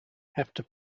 after